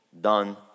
done